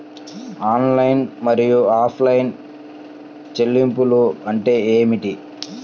Online మరియు offline చెల్లింపులు అంటే ఏమిటి?